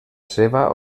seva